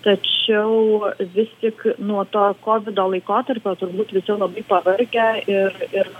tačiau vis tik nuo to kovido laikotarpio turbūt visi labai pavargę ir ir